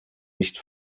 nicht